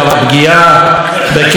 שבת קודש,